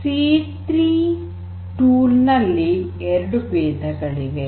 ಸಿ೩ ಸಾಧನದಲ್ಲಿ ಎರಡು ಬೇಧಗಳಿವೆ